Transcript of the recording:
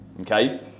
okay